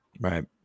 Right